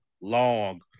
long